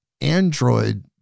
Android